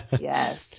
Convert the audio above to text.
Yes